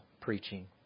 preaching